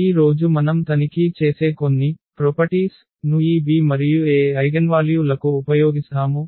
ఈ రోజు మనం తనిఖీ చేసే కొన్ని లక్షణాల ను ఈ B మరియు A ఐగెన్వాల్యూ లకు ఉపయోగిస్ధాము